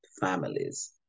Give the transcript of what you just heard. families